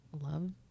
love